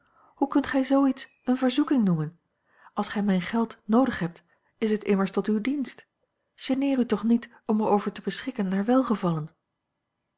hoe kunt gij zoo iets eene verzoeking noemen als gij mijn geld noodig hebt is het immers tot uw dienst geneer u toch niet om er over te beschikken naar welgevallen